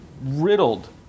riddled